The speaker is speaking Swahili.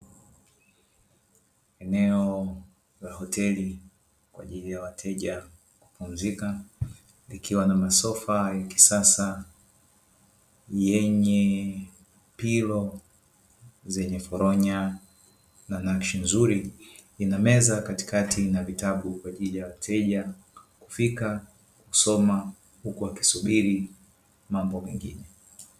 Eneo la hotel kwa ajili ya wateja kupumzika ikiwa na masofa ya kisasa yenye pilo zenye foronya na nakshi nzuri, ina meza katikati na vitabu kwa ajili ya wateja kufika kusoma huku wakisubiri mambo mengine.